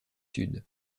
sud